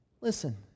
listen